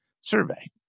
survey